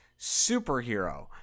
superhero